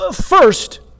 First